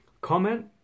comment